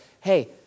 hey